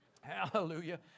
Hallelujah